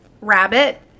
Rabbit